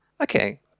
Okay